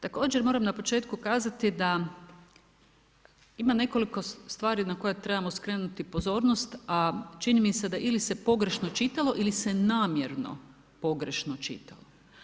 Također moram na početku kazati da ima nekoliko stvari na koje trebamo skrenuti pozornost a čini mi se da ili se pogrešno čitalo ili se namjerno pogrešno čitalo.